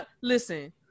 Listen